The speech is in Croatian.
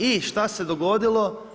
I što se dogodilo?